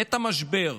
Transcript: שבעת המשבר,